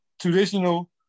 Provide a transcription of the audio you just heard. traditional